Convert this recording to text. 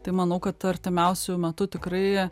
tai manau kad artimiausiu metu tikrai